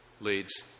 leads